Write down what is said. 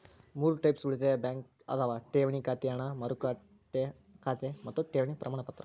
ಮೂರ್ ಟೈಪ್ಸ್ ಉಳಿತಾಯ ಬ್ಯಾಂಕ್ ಅದಾವ ಠೇವಣಿ ಖಾತೆ ಹಣ ಮಾರುಕಟ್ಟೆ ಖಾತೆ ಮತ್ತ ಠೇವಣಿ ಪ್ರಮಾಣಪತ್ರ